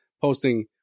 posting